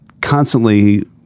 constantly